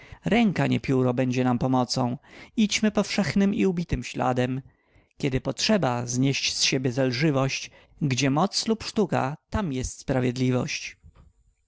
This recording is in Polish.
ręka nie pióro będzie nam pomocą idźmy powszechnym i ubitym śladem kiedy potrzeba znieść z siebie zelżywość gdzie moc lub sztuka tam jest sprawiedliwość